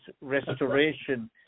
restoration